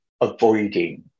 avoiding